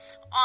on